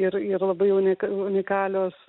ir ir labai unikali unikalios